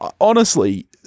honestly-